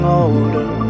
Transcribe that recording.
older